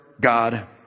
God